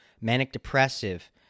manic-depressive